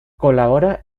colabora